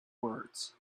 words